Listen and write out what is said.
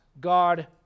god